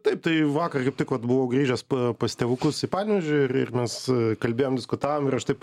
taip tai vakar kaip tik vat buvau grįžęs pas tėvukus į panevėžį ir ir mes kalbėjom diskutavom ir aš taip